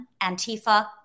Antifa